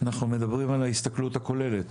אנחנו מדברים על ההסתכלות הכוללת.